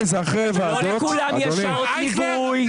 לא לכולם יש שעות ליווי.